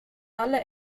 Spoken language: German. alle